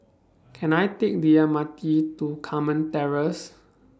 Can I Take The M R T to Carmen Terrace